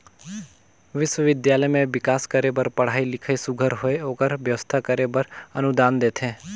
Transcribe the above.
बिस्वबिद्यालय में बिकास करे बर पढ़ई लिखई सुग्घर होए ओकर बेवस्था करे बर अनुदान देथे